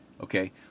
Okay